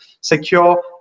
secure